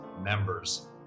members